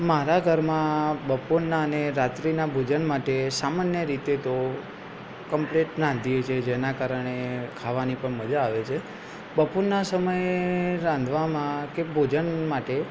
મારા ઘરમાં બપોરના અને રાત્રિના ભોજન માટે સામાન્ય રીતે તો કમ્પલેટ રાંધીએ છીએ જેના કારણે ખાવાની પણ મજા આવે છે બપોરના સમયે રાંધવામાં કે ભોજન માટે